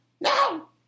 No